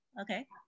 Okay